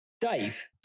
Dave